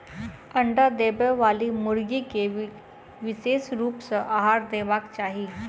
अंडा देबयबाली मुर्गी के विशेष रूप सॅ आहार देबाक चाही